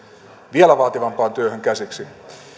vielä vaativampaan työhön käsiksi